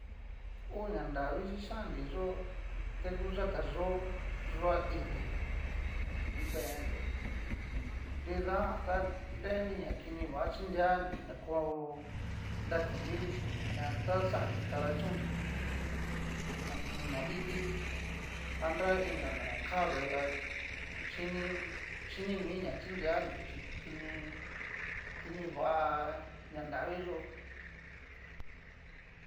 O ña nravii xhicahn nri yó ta ngu yatayó, yua iti vendre nridajan ta nreni na kini va chinrea nru ña koo nrakunri, ta xandri kadachónnri ho o on nó iti anra inka no kavee ta xhini xhinimi ñá xhinreanru chí kini kini va ña nravii yó.